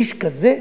איש כזה,